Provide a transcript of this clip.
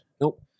Nope